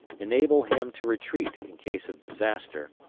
enable him to retreat in case of disaster,